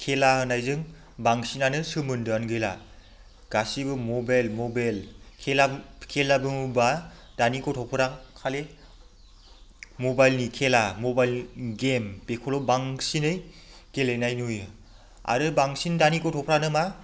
खेला होननायजों बांसिनानो सोमोन्दोआनो गैला गासैबो मबाइल मबाइल खेला खेला बुङोब्ला दानि गथ'फोरा खालि मबाइलनि खेला मबाइल गेम बेखौल' बांसिनै गेलेनाय नुयो आरो बांसिन दानि गथ'फ्रानो मा